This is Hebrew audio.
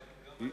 גם אני מופתע.